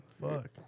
Fuck